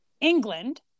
england